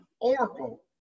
Oracle